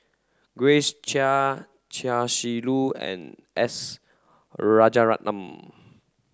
Grace Chia Chia Shi Lu and S Rajaratnam